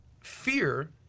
fear